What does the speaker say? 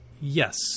Yes